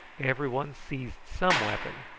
every one seized some weapon,